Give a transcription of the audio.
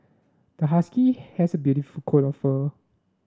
the husky has a beautiful coat of fur